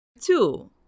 Two